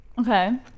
Okay